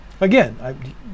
Again